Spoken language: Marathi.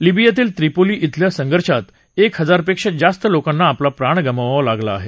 लिबियातील त्रिपोली ब्रिल्या संघर्षात एक हजारपेक्षा जास्त लोकांना आपला प्राण गमवावा लागला आहे